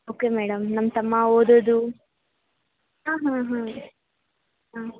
okay madam ನಮ್ಮ ತಮ್ಮ ಓದೋದು ಹಾಂ ಹಾಂ ಹಾಂ ಹಾಂ